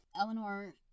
Eleanor